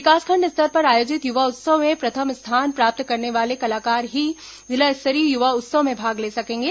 विकासखण्ड स्तर पर आयोजित युवा उत्सव में प्रथम स्थान प्राप्त करने वाले कलाकार ही जिला स्तरीय युवा उत्सव में भाग ले सकेंगे